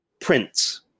prints